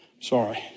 Sorry